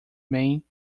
main